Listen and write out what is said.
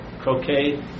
croquet